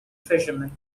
fishermen